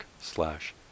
slash